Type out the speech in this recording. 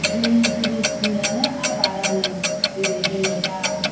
जोंनि गिबि सिमनायानो आबादानो जेरै जोङो दा